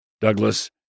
Douglas